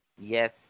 Yes